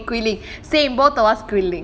okay quilling say both of us quilling